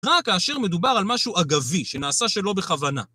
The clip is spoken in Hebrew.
רק כאשר מדובר על משהו אגבי שנעשה שלא בכוונה.